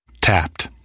Tapped